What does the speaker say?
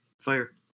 fire